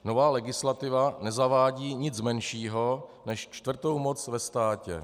Nová legislativa nezavádí nic menšího než čtvrtou moc ve státě.